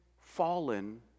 fallen